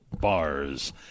Bars